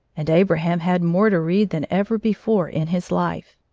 and abraham had more to read than ever before in his life.